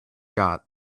got